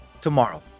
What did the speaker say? tomorrow